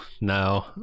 no